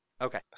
Okay